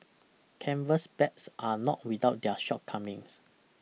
Canvas bags are not without their shortcomings